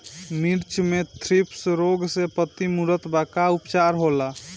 मिर्च मे थ्रिप्स रोग से पत्ती मूरत बा का उपचार होला?